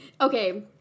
Okay